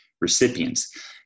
recipients